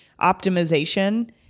optimization